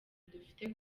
dufite